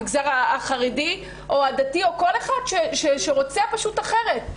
המגזר החרדי או הדתי או כל אחד שרוצה פשוט אחרת.